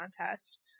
Contest